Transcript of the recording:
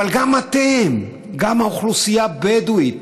אבל גם אתם, גם האוכלוסייה הבדואית